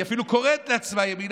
היא אפילו קוראת לעצמה ימינה,